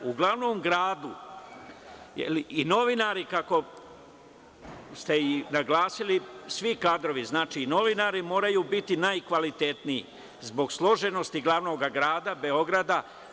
U glavnom gradu i novinari kako ste i naglasili, svi kadrovi, znači i novinari moraju biti najkvalitetniji, zbog složenosti glavnog grada Beograda.